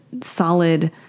solid